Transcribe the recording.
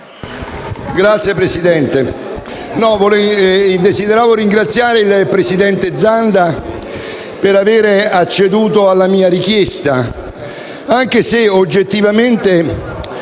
Signor Presidente, vorrei ringraziare il presidente Zanda per avere acceduto alla mia richiesta, anche se oggettivamente